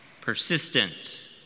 persistent